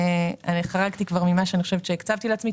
אני חרגתי כבר ממה שהקצבתי לעצמי.